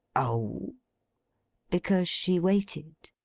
oh because she waited.